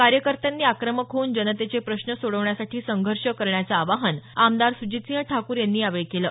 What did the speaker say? कार्यकर्त्यांनी आक्रमक होऊन जनतेचे प्रश्न सोडवण्यासाठी संघर्ष करण्याचं आवाहन आमदार सुजितसिंह ठाकुर यांनी यावेळी केलं